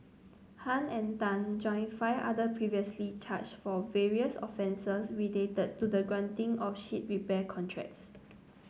Han and Tan join five other previously charged for various offences related to the granting of ship repair contracts